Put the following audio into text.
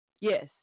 Yes